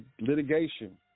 litigation